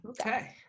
Okay